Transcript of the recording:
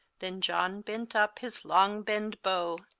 then john bent up his long bende-bowe,